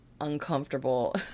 uncomfortable